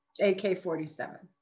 ak-47